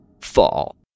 fall